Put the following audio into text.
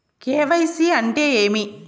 KYC అంటే ఏమి?